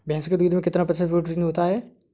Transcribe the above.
भैंस के दूध में कितना प्रतिशत प्रोटीन होता है?